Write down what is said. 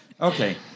Okay